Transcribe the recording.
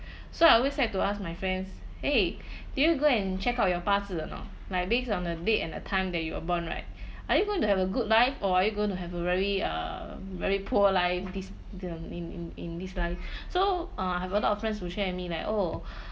so I always have to ask my friends !hey! did you go and check out your bazi or not like based on a date and a time that you were born right are you going to have a good life or are you going to have a very a very poor life this the in in in this life so uh I have a lot of our friends who share me like oh